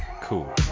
Cool